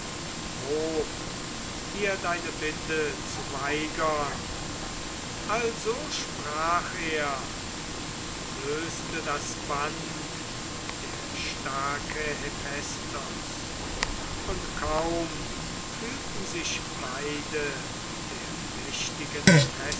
dir deine bitte zu weigern also sprach er und löste das band der starke hephaistos und kaum fühlten sich beide der mächtigen